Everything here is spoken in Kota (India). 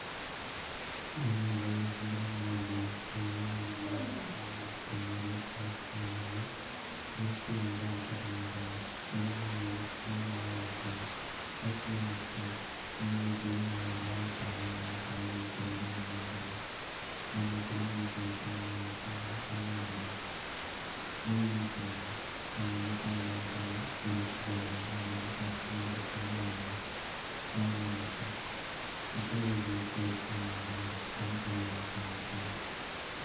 இன அடையாளம் தந்திரமானதாக இருக்கலாம்: சில இனங்கள் மிகவும் ஒத்ததாக இருக்கும், மேலும் கலப்பு இனங்கள் மட்ஸ் என்றும் அழைக்கப்படுகின்றன பெருகிய முறையில் பொதுவானதாகி வருகின்றன. காட்சிகள் முக்கியம்: இனங்களை துல்லியமாக அடையாளம் காண நான் படங்களை பெரிதும் நம்பியுள்ளேன். எனது திறன்களை சோதிக்க, நீங்கள் எனக்கு வழங்க முடியும். நாய்களின் படங்கள் நான் இனத்தை அடையாளம் காண முயற்சி செய்யலாம் அல்லது சாத்தியமான பொருத்தங்களை வழங்கலாம். நாய்களின் விளக்கங்கள் சாத்தியக்கூறுகளைக் குறைக்க நீங்கள் எனக்குத் தரும் தகவல்களைப் பயன்படுத்தலாம்.